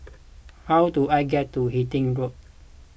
how do I get to Hythe Road